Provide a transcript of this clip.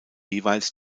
jeweils